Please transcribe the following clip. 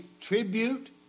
tribute